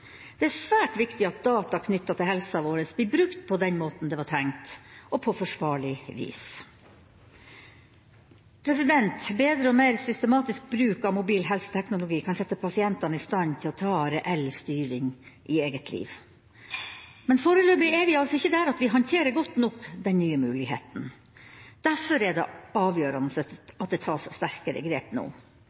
Det er svært viktig at data knyttet til helsa vår, blir brukt på den måten det var tenkt, og på forsvarlig vis. Bedre og mer systematisk bruk av mobil helseteknologi kan sette pasientene i stand til å ta reell styring i eget liv. Men foreløpig er vi altså ikke der at vi håndterer godt nok den nye muligheten. Derfor er det avgjørende at det tas et sterkere grep nå.